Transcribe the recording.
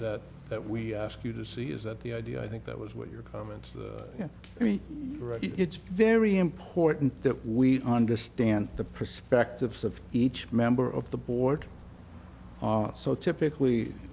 that that we ask you to see is that the idea i think that was what your comment i mean it's very important that we understand the perspectives of each member of the board so typically